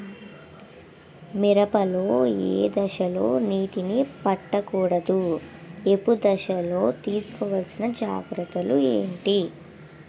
మిరప లో ఏ దశలో నీటినీ పట్టకూడదు? ఏపు దశలో తీసుకోవాల్సిన జాగ్రత్తలు ఏంటి?